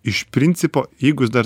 iš principo jeigu jis dar